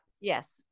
Yes